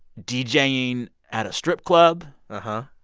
deejaying at a strip club uh-huh.